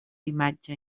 imatge